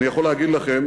אני יכול להגיד לכם,